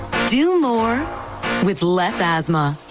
do more with less asthma.